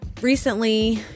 recently